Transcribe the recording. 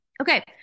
Okay